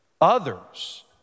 others